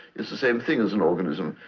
is the same thing as an organism.